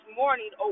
morning